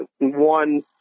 one